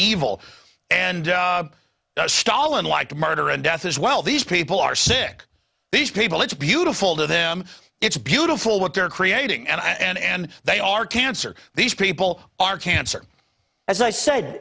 evil and stalin like murder and death is well these people are sick these people it's beautiful to them it's beautiful what they're creating and they are cancer these people are cancer as i sa